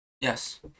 Yes